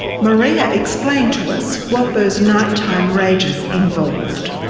maria explained to us what those night-time rages involved.